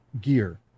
gear